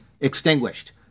extinguished